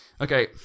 Okay